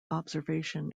observation